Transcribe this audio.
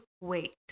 Wait